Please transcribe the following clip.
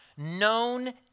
known